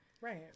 Right